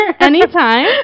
anytime